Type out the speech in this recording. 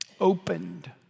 opened